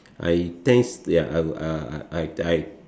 I their I I I I I